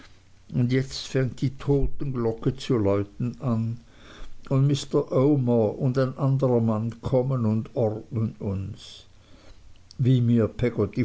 und jetzt fängt die totenglocke zu läuten an und mr omer und ein anderer mann kommen und ordnen uns wie mir